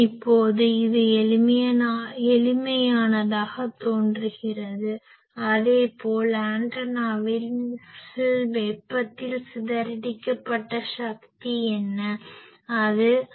இப்போது இது எளிமையானதாக தோன்றுகிறது அதேபோல் ஆன்டெனாவில் வெப்பத்தில் சிதறடிக்கப்பட்ட சக்தி என்ன இது 12 Ig2RL